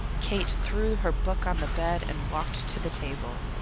kate threw her book on the bed and walked to the table.